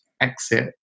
exit